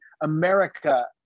America